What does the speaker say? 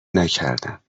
نکردم